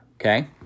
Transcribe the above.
Okay